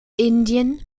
indien